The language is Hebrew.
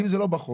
אם זה לא בחוק,